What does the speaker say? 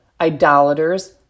idolaters